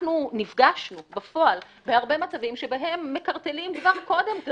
אנחנו נפגשנו בפועל בהרבה מצבים שבהם מקרטלים כבר קודם,